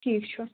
ٹھیٖک چھُ